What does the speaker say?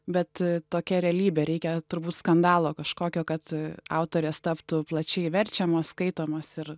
bet tokia realybė reikia turbūt skandalo kažkokio kad autorės taptų plačiai verčiamas skaitomos ir